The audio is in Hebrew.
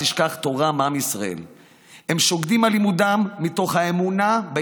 ומע"מ לעסקים הקטנים, שתי פעימות של מענק סיוע